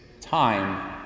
time